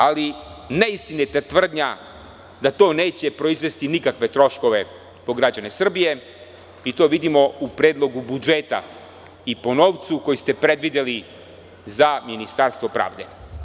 Ali, neistinita je tvrdnja da to neće proizvesti nikakve troškove po građane Srbije i to vidimo u predlogu budžeta i po novcu koji ste predvideli za Ministarstvo pravde.